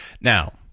Now